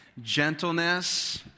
gentleness